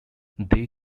they